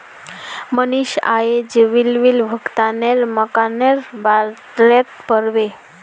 मनीषा अयेज विलंबित भुगतानेर मनाक्केर बारेत पढ़बे